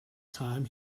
time